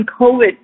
COVID